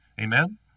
Amen